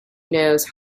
knows